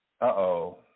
Uh-oh